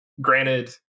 granted